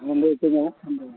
ᱚᱸᱰᱮ ᱠᱷᱚᱱᱟᱜ ᱚᱸᱰᱮ